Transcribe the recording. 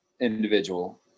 individual